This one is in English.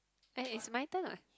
eh it's my turn ah